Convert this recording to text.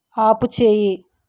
ఆపుచేయి